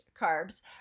carbs